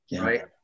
right